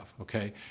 okay